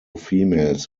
females